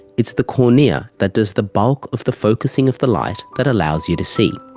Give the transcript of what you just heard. it's the cornea that does the bulk of the focusing of the light that allows you to see.